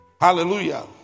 hallelujah